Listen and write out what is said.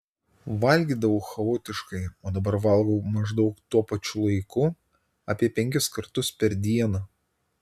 valgydavau chaotiškai o dabar valgau maždaug tuo pačiu laiku apie penkis kartus per dieną